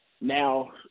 now